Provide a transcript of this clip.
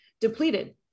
depleted